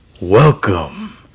Welcome